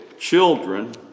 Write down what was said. Children